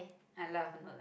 I laugh not